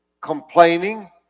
complaining